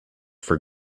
for